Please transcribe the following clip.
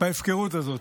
בהפקרות הזאת.